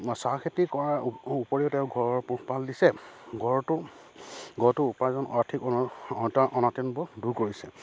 চাহ খেতি কৰাৰ উপৰিও তেওঁ ঘৰ পোহপাল দিছে ঘৰটো ঘৰটোৰ উপাৰ্জন আৰ্থিক অভাৱ অনাটনবোৰ দূৰ কৰিছে